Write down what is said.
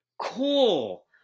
Cool